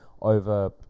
over